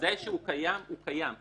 זה שהוא קיים, הוא קיים.